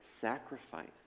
sacrifice